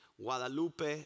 Guadalupe